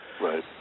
Right